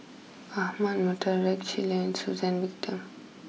Ahmad Mattar Rex Shelley and Suzann Victor